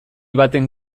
baten